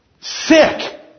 Sick